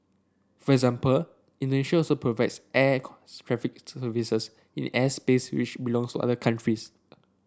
for example Indonesia also provides air services in airspace which belongs to other countries